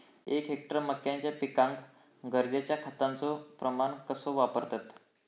एक हेक्टर मक्याच्या पिकांका गरजेच्या खतांचो प्रमाण कसो वापरतत?